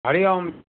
Hari Om